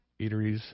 eateries